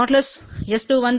எனவே|S21|2 1−|S11|2